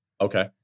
Okay